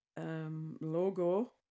Logo